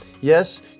Yes